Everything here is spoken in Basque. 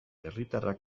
herriatarrak